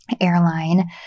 airline